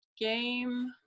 game